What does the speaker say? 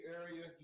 area